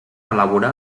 elaborar